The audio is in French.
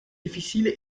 difficile